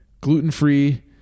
gluten-free